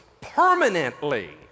permanently